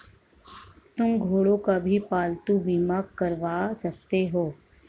तुम घोड़ों का भी पालतू बीमा करवा सकते हो